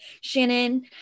Shannon